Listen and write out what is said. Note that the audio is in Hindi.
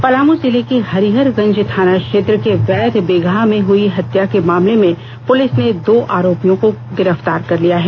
पलामू जिले के हरिहरगंज थाना क्षेत्र के वैध बिगहा में हुई हत्या के मामले में पुलिस ने दो आरोपियों को गिर पतार कर लिया है